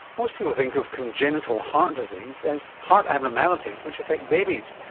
most people think of congenital heart disease as heart abnormalities which affect babies.